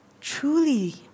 truly